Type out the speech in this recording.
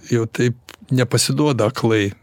jau taip nepasiduoda aklai